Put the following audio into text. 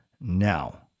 Now